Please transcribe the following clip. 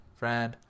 friend